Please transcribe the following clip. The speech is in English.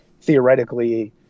theoretically